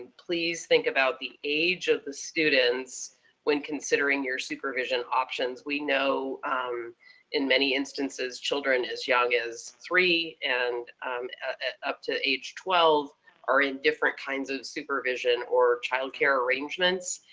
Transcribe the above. please think about the age of the students when considering your supervision options. we know in many instances children as young as three and up to age twelve are in different kinds of supervision or child care arrangements.